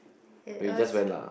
it was